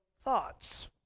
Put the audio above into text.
thoughts